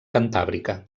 cantàbrica